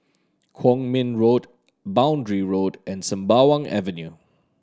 Kwong Min Road Boundary Road and Sembawang Avenue